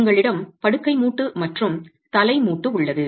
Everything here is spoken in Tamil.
உங்களிடம் படுக்கை மூட்டு மற்றும் தலை மூட்டு உள்ளது